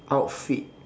outfit